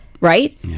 right